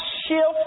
shift